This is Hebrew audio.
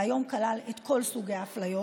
והיום כלל את כל סוגי האפליות,